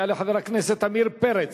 יעלה חבר הכנסת עמיר פרץ,